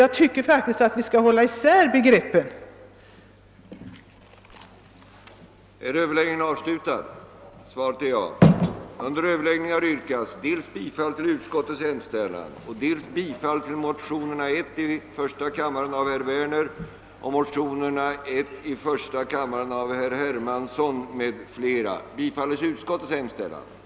Jag tycker faktiskt att man skall kunna hålla isär begreppen härvidlag.